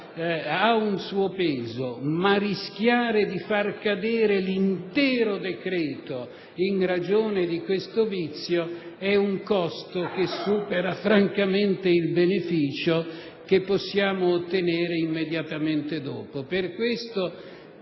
ha un suo peso, ma rischiare di far cadere l'intero decreto in ragione di tale vizio comporta un costo che, francamente, supera il beneficio che possiamo ottenere immediatamente dopo.